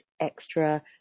extra